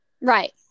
Right